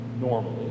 normally